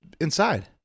inside